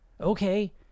Okay